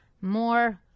more